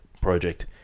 Project